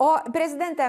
o prezidente